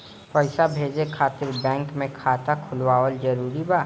पईसा भेजे खातिर बैंक मे खाता खुलवाअल जरूरी बा?